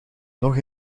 nog